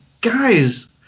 guys